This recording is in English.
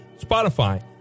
Spotify